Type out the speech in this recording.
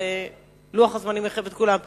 אבל לוח הזמנים מחייב את כולם.